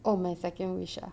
oh my second wish ah